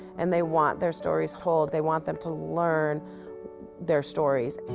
and they want their stories told. they want them to learn their stories.